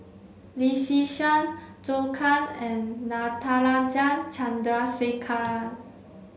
Lee Yi Shyan Zhou Can and Natarajan Chandrasekaran